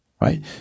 right